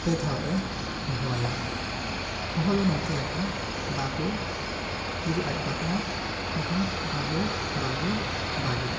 ᱯᱮ ᱫᱷᱟᱣ ᱮ ᱦᱚᱦᱚᱣᱟᱭᱟ ᱦᱚᱦᱚ ᱫᱚ ᱱᱚᱝᱠᱟ ᱞᱮᱠᱟ ᱵᱟᱜᱚ ᱡᱩᱫᱤ ᱟᱡ ᱵᱟᱵᱟ ᱠᱟᱱᱟᱭ ᱵᱟᱜᱚ ᱵᱟᱜᱚ ᱵᱟᱜᱚ